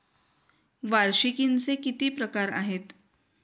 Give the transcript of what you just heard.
वार्षिकींचे किती प्रकार आहेत?